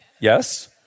Yes